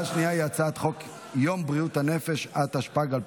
אדוני היו"ר, אפשר להוסיף אותי?